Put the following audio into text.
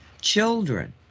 children